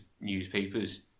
newspapers